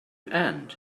end